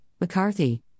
McCarthy